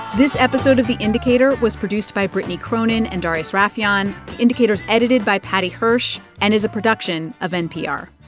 this episode of the indicator was produced by brittany cronin and darius rafieyan. the indicator's edited by paddy hirsch and is a production of npr